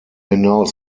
hinaus